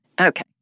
Okay